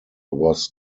was